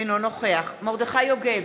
אינו נוכח מרדכי יוגב,